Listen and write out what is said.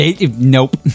Nope